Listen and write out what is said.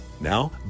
Now